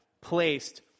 placed